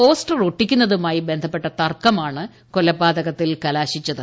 poster ഒട്ടിക്കുന്നതുമായി ബന്ധപ്പെട്ട തർക്കമാണ് ക്ലിക്ലപാതകത്തിൽ കലാശിച്ചത്